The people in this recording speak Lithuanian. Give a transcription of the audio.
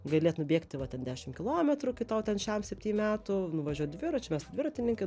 galėt nubėgti va ten dešim kilometrų kai tau ten šem septym metų nuvažiuot dviračiu mes dviratininkai